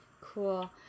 Cool